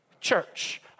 church